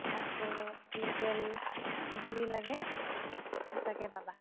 আকৌ লোকেল যি লাগে তাকে পাবা